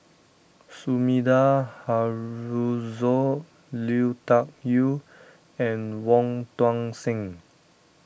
Sumida Haruzo Lui Tuck Yew and Wong Tuang Seng